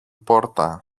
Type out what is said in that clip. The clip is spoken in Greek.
πόρτα